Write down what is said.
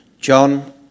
John